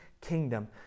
kingdom